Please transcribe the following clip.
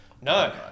no